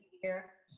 here.